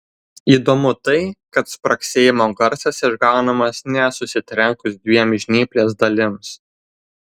įdomu tai kad spragsėjimo garsas išgaunamas ne susitrenkus dviem žnyplės dalims